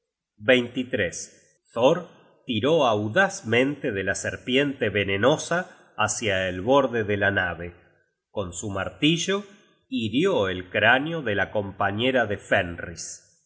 cebo thor tiró audazmente de la serpiente venenosa hácia el borde de la nave con su martillo hirió el cráneo de la compañera de fenris y